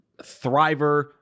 Thriver